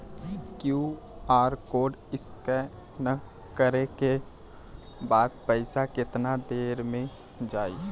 QR code scan न करे क बाद पइसा केतना देर म जाई?